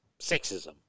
sexism